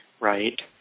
right